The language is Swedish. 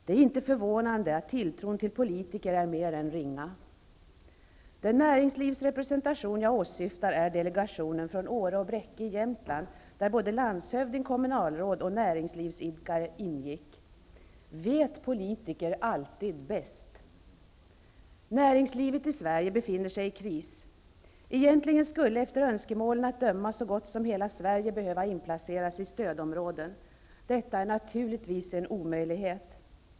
Det är inte förvånande att tilltron till politiker är mindre än ringa. Den näringslivsrepresentation som jag åsyftar är delegationen från Åre och Bräcke i Jämtland. Såväl landshövdingen som kommunalråd och näringsidkare ingick i denna. Vet politiker alltid bäst? Näringslivet i Sverige befinner sig i kris. Egentligen skulle, av önskemålen att döma, så gott som alla delar av Sverige behöva inplaceras i stödområden. Detta är naturligtvis en omöjlighet.